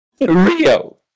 Rio